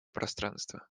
пространства